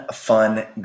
fun